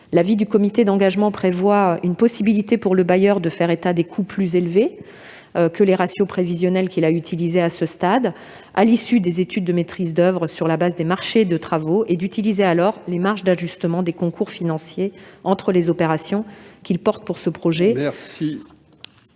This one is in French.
L'avis du comité d'engagement prévoit une possibilité pour le bailleur de faire état de coûts plus élevés que les ratios prévisionnels qu'il a utilisés à ce stade, à l'issue des études de maîtrise d'oeuvre et sur la base des marchés de travaux, ... Il faut conclure, madame la ministre déléguée. ... et d'utiliser alors les marges d'ajustement des concours financiers entre les opérations qu'il porte pour ce projet. La